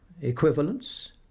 equivalence